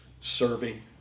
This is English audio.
serving